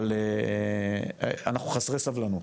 אבל, אנחנו חסרי סבלנות.